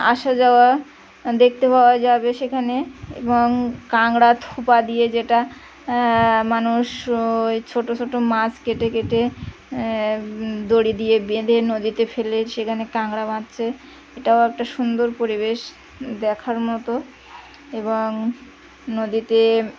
আসা যাওয়া দেখতে পাওয়া যাবে সেখানে এবং কাঁংড়া থুপা দিয়ে যেটা মানুষ ওই ছোটো ছোটো মাছ কেটে কেটে দড়ি দিয়ে বেঁধে নদীতে ফেলে সেখানে কাঁকড়া মারছে এটাও একটা সুন্দর পরিবেশ দেখার মতো এবং নদীতে